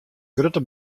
grutte